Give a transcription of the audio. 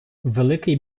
великий